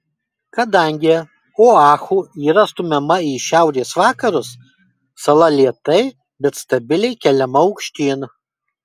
kadangi oahu yra stumiama į šiaurės vakarus sala lėtai bet stabiliai keliama aukštyn